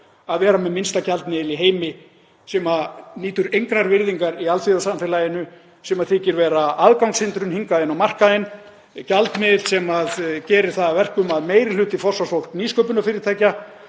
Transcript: að vera með minnsta gjaldmiðil í heimi sem nýtur engrar virðingar í alþjóðasamfélaginu, sem þykir vera aðgangshindrun hingað inn á markaðinn. Gjaldmiðill sem gerir það að verkum að meiri hluti forsvarsfólks nýsköpunarfyrirtækja